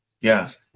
yes